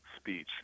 speech